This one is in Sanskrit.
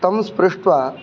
तं स्पृष्ट्वा